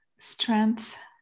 strength